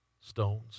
stones